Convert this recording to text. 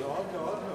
עוד לא.